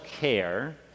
care